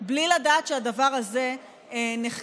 בלי לדעת שהדבר הזה נחקר.